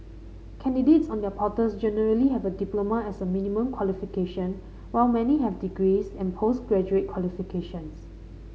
candidates on their portals generally have a diploma as a minimum qualification while many have degrees and post graduate qualifications